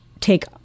take